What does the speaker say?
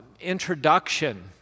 introduction